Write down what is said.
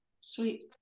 Sweet